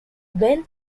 went